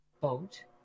boat